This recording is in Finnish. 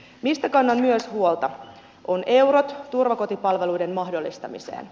se mistä kannan myös huolta on eurot turvakotipalveluiden mahdollistamiseen